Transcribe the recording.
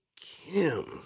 Kim